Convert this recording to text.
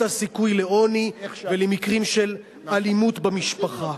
הסיכוי לעוני ולמקרים של אלימות במשפחה.